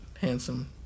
handsome